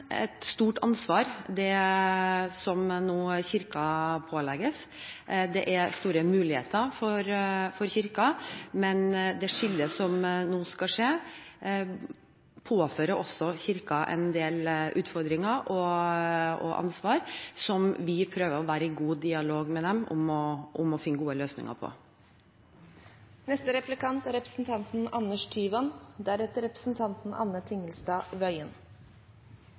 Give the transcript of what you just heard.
et stort ansvar det som Kirken nå pålegges. Det er store muligheter for Kirken, men det skillet som nå skal skje, påfører også Kirken en del utfordringer og et ansvar som vi prøver å være i god dialog med dem om å finne gode løsninger på.